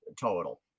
total